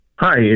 Hi